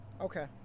Okay